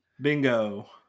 Bingo